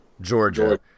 Georgia